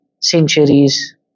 centuries